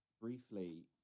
briefly